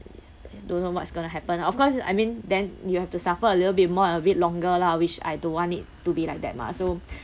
don't know what's going to happen of course I mean then you have to suffer a little bit more a bit longer lah which I don't want it to be like that mah so